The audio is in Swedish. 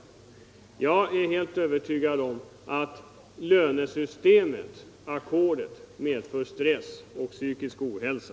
Jag är helt övertygad om att lönesystemet — ackordet — medför stress och psykisk ohälsa.